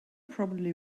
probably